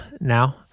now